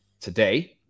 today